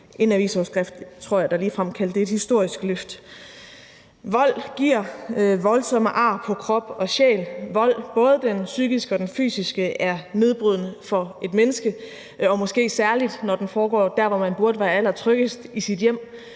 en avisoverskrift, der ligefrem kaldte det et historisk løft, tror jeg. Vold giver voldsomme ar på krop og sjæl, vold, både den psykiske og den fysiske, er nedbrydende for et menneske og måske særlig, når den foregår der, hvor man burde være allermest tryg, nemlig i sit hjem,